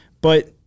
But-